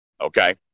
okay